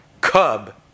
Cub